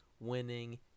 Winning